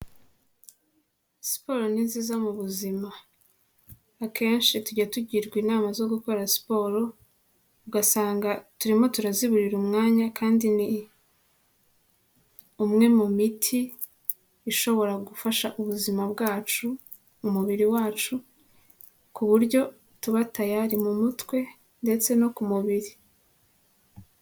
Siporo ni nziza mu buzima. Akenshi tujya tugirwa inama zo gukora siporo, ugasanga turimo turaziburira umwanya, kandi ni umwe mu miti ishobora gufasha ubuzima bwacu mu mubiri wacu, ku buryo tuba tayari mu mutwe ndetse no ku mubiri.